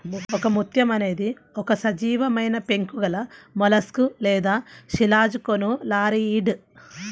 ఒకముత్యం అనేది ఒక సజీవమైనపెంకు గలమొలస్క్ లేదా శిలాజకోనులారియిడ్